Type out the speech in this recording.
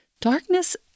Darkness